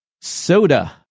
Soda